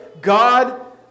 God